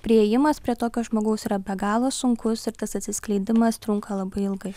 priėjimas prie tokio žmogaus yra be galo sunkus ir tas atsiskleidimas trunka labai ilgai